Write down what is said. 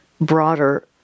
broader